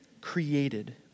created